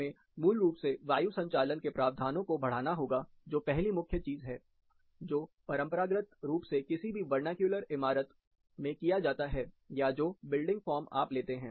हमें मूल रूप से वायु संचालन के प्रावधानों को बढ़ाना होगा जो पहली मुख्य चीज है जो परंपरागत रूप से किसी भी वर्नाक्यूलर इमारत में किया जाता है या जो बिल्डिंग फॉर्म आप लेते हैं